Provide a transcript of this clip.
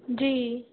جی